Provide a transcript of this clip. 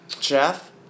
Jeff